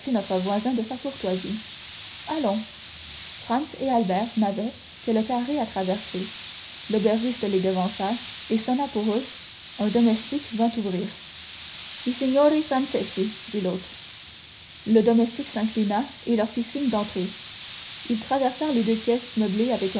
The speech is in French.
notre voisin de sa courtoisie allons franz et albert n'avaient que le carré à traverser l'aubergiste les devança et sonna pour eux un domestique vint ouvrir i signori francesi dit l'hôte le domestique s'inclina et leur fit signe d'entrer ils traversèrent deux pièces meublées avec